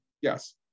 Yes